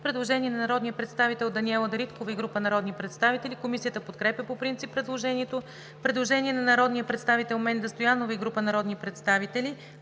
Предложение от народния представител Даниела Дариткова и група народни представители. Комисията подкрепя по принцип предложението. Предложение на народния представител Александър Иванов по чл.